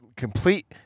complete